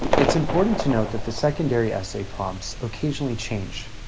it's important to note that the secondary essay prompts occasionally change.